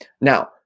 Now